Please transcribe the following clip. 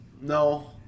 No